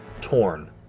torn